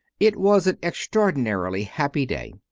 it was an extraor dinarily happy day.